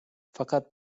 fakat